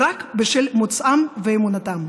רק בשל מוצאם ואמונתם.